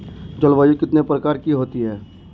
जलवायु कितने प्रकार की होती हैं?